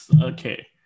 Okay